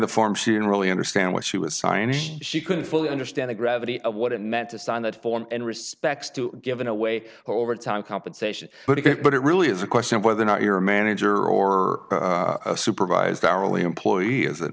the form she didn't really understand what she was signing she couldn't fully understand the gravity of what it meant to sign that form and respects to given away overtime compensation but it really is a question of whether or not you're a manager or a supervised hourly employee is that